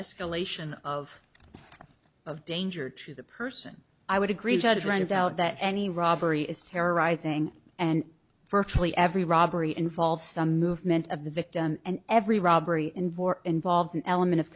escalation of of danger to the person i would agree judge right about that any robbery is terrorizing and virtually every robbery involves some movement of the victim and every robbery in bore involves an element of